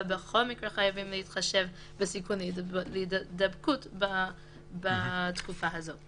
אבל בכל מקרה חייבים להתחשב בסיכון להידבקות בתקופה הזאת.